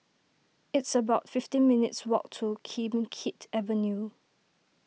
it's about fifteen minutes' walk to Kim Keat Avenue